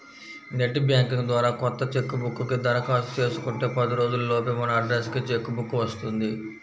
net banking ద్వారా కొత్త cheque book కి దరఖాస్తు చేసుకుంటే పది రోజుల లోపే మన అడ్రస్ కి చెక్ బుక్ వస్తుంది